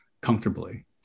comfortably